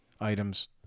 items